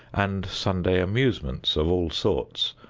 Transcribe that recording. and sunday amusements of all sorts,